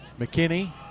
McKinney